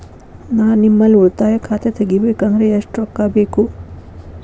ನಾ ನಿಮ್ಮಲ್ಲಿ ಉಳಿತಾಯ ಖಾತೆ ತೆಗಿಬೇಕಂದ್ರ ಎಷ್ಟು ರೊಕ್ಕ ಬೇಕು?